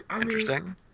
interesting